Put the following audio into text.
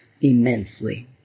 immensely